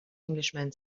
englishman